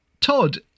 Todd